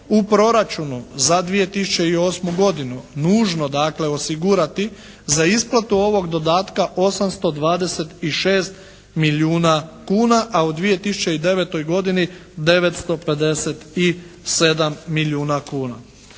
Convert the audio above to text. u proračunu za 2008. godinu nužno dakle osigurati za isplatu ovog dodatka 826 milijuna kuna, a u 2009. godini 957 milijuna kuna.